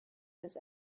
this